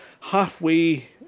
halfway